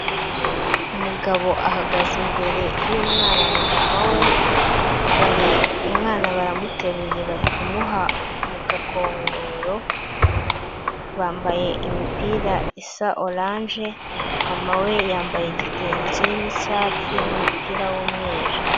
Umugabo ahagaze imbere y'umwana na mama we, umwana baramuteruye bari kumuha mu gakongoro, bambaye imipira isa oranje, mama we yambaye igitenge kirimo icyatsi n'umupira w'umweru.